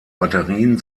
batterien